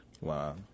Wow